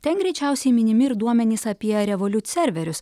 ten greičiausiai minimi ir duomenys apie revoliut serverius